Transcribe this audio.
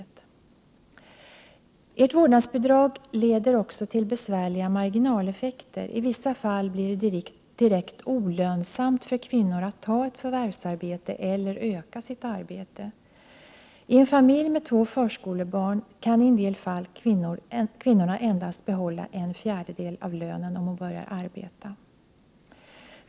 Det borgerliga vårdnadsbidraget leder också till besvärliga marginaleffekter. I vissa fall blir det direkt olönsamt för kvinnor att ta ett förvärvsarbete eller att utöka sin arbetstid. I en familj med två förskolebarn kan i en del fall kvinnorna endast behålla en fjärdedel av lönen om de börjar arbeta.